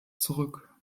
zurück